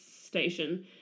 station